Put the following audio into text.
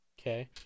Okay